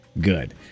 good